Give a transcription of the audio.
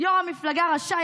"יו"ר המפלגה רשאי,